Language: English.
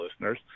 listeners